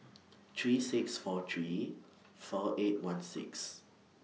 three six four three four eight one six